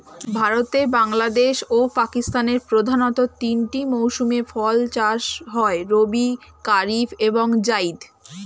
ভারতে, বাংলাদেশ ও পাকিস্তানের প্রধানতঃ তিনটি মৌসুমে ফসল চাষ হয় রবি, কারিফ এবং জাইদ